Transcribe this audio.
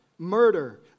murder